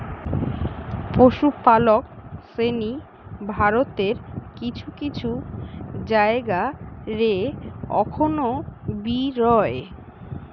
পশুপালক শ্রেণী ভারতের কিছু কিছু জায়গা রে অখন বি রয়